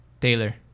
Taylor